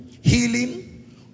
Healing